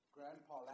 Grandpa